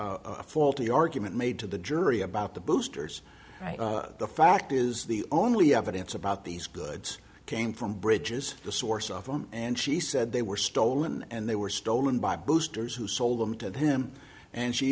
a faulty argument made to the jury about the boosters the fact is the only evidence about these goods came from bridges the source of them and she said they were stolen and they were stolen by boosters who sold them to them and she